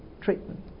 treatment